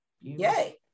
Yay